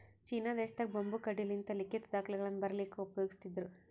China ದೇಶದಾಗ್ bamboo ಕಡ್ಡಿಲಿಂತ್ ಲಿಖಿತ್ ದಾಖಲೆಗಳನ್ನ ಬರಿಲಿಕ್ಕ್ ಉಪಯೋಗಸ್ತಿದ್ರು